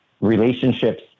relationships